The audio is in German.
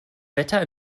wetter